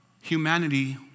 humanity